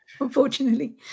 Unfortunately